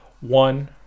One